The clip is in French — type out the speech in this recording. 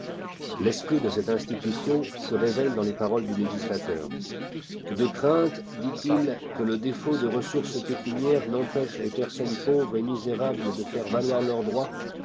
l'esprit de cette institution se révèle dans les paroles du législateur de crainte dit-il que le défaut de ressources pécuniaires n'empêche les personnes pauvres et misérables de faire valoir leurs droits